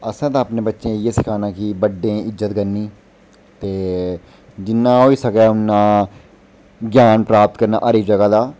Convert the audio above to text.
असें ते अपने बच्चे ंगी इ'यै सखाना कि बड्डें दी इज्जत करनी ते जिन्ना होई सकै इन्ना ग्यान प्राप्त करना हर इक ज'गा दा